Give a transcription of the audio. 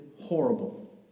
horrible